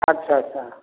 ଆଚ୍ଛା ଆଚ୍ଛା